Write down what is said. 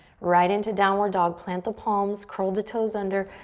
right into downward dog. plant the palms, curl the toes under,